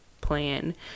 plan